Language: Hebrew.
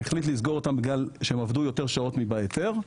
החליט לסגור אותן בגלל שהן עבדו יותר שעות מאשר בהיתר,